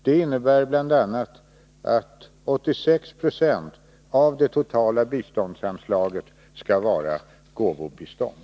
Det innebär bl.a. att 86 20 av det totala biståndsanslaget skall vara gåvobistånd.